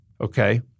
okay